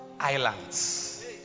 Islands